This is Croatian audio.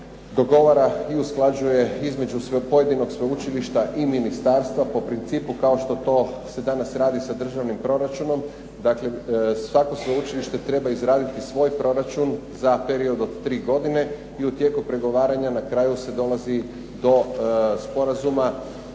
dogovara i usklađuje između svog pojedinog sveučilišta i ministarstva po principu kao što to se danas radi sa državnim proračunom, dakle svako sveučilište treba izraditi svoj proračun za period od 3 godine i u tijeku pregovaranja na kraju se dolazi do sporazuma